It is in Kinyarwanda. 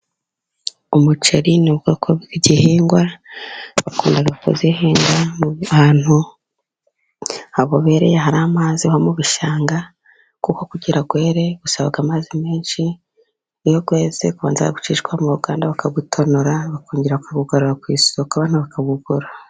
Umuceri ni ubwoko bw'igihingwa bakunda ku wuhinga mu hantu habobereye hari amazi, nko mu bishanga kuko kugira were usaba amazi menshi, iyo weze ubanza gucishwa mu ruganda bakawutonora bakongera bakawugarura ku isoko abantu bakawugura.